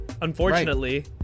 unfortunately